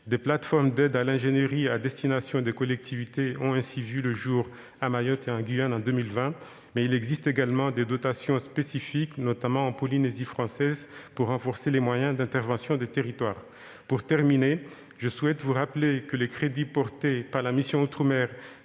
Des plateformes d'aide à l'ingénierie à destination des collectivités ont ainsi vu le jour à Mayotte et en Guyane en 2020, mais il existe également des dotations spécifiques, notamment en Polynésie française, pour renforcer les moyens d'intervention des territoires. Pour terminer, je souhaite rappeler que les crédits portés par la mission « Outre-mer